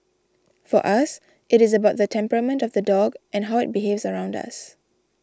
for us it is about the temperament of the dog and how it behaves around us